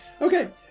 Okay